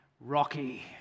Rocky